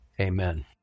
amen